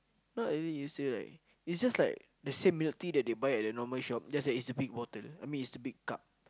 not really you still like is just like the same milk tea that they buy at the normal shop just that it's a big bottle I mean it's a big cup